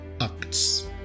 ACTS